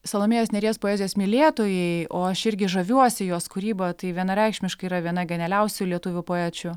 salomėjos nėries poezijos mylėtojai o aš irgi žaviuosi jos kūryba tai vienareikšmiškai yra viena genialiausių lietuvių poečių